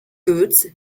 goods